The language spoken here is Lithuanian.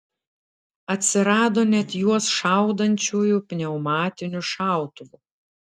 atsirado net juos šaudančiųjų pneumatiniu šautuvu